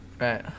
Right